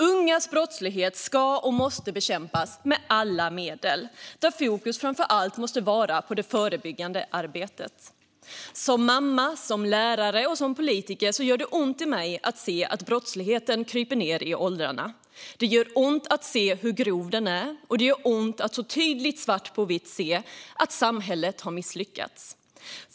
Ungas brottslighet ska och måste bekämpas med alla medel, där fokus framför allt måste vara på det förebyggande arbetet. Som mamma, som lärare och som politiker gör det ont i mig att se att brottsligheten kryper ned i åldrarna. Det gör ont att se hur grov den är, och det gör ont att så tydligt svart på vitt se att samhället har misslyckats.